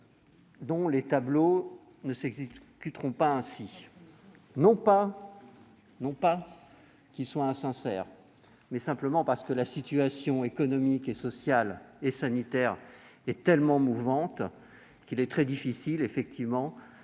dont les tableaux ne s'exécuteront pas comme il est prévu, non qu'il soit insincère, mais simplement parce que la situation économique, sociale et sanitaire est tellement mouvante qu'il est très difficile de présenter